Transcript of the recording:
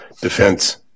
defense